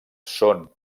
són